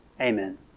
Amen